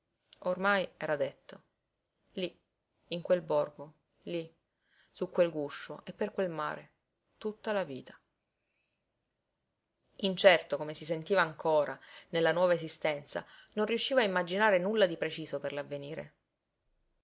ormai era detto lí in quel borgo lí su quel guscio e per quel mare tutta la vita incerto come si sentiva ancora nella nuova esistenza non riusciva a immaginare nulla di preciso per